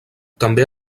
també